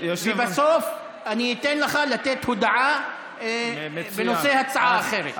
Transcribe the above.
ובסוף אני אתן לך לתת הודעה בנושא הצעה אחרת.